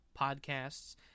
Podcasts